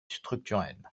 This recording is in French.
structurel